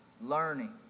learning